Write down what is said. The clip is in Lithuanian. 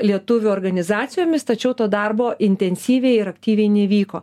lietuvių organizacijomis tačiau to darbo intensyviai ir aktyviai neįvyko